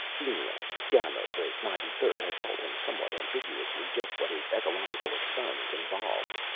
eniac gamma the ninety-third had told him, somewhat ambiguously, just what his ecological experiment involved.